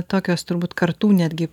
tokios turbūt kartų netgi